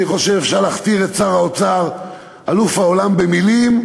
אני חושב שאפשר להכתיר את שר האוצר כאלוף העולם במילים,